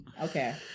okay